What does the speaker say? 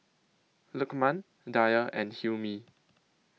Lukman Dhia and Hilmi